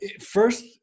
first